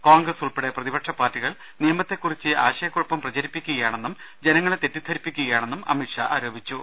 കോൺഗ്രസ് ഉൾപ്പെടെ പ്രതിപക്ഷ പാർട്ടികൾ നിയമത്തെക്കുറിച്ച് ആശയ ക്കുഴപ്പം പ്രചരിപ്പിക്കുകയാണെന്നും ജനങ്ങളെ തെറ്റിദ്ധരിപ്പിക്കുകയാണെന്നും അമിത്ഷാ ആരോപിച്ചു